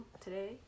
today